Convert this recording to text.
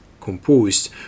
composed